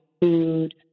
food